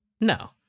no